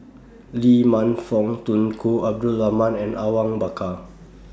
Lee Man Fong Tunku Abdul Rahman and Awang Bakar